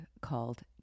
called